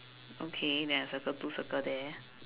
okay then I circle two circle there